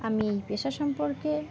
আমি পেশা সম্পর্কে